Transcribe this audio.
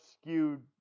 skewed